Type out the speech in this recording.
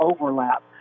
overlap